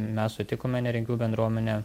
mes sutikome neregių bendruomenė